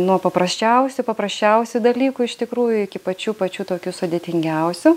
nuo paprasčiausių paprasčiausių dalykų iš tikrųjų iki pačių pačių tokių sudėtingiausių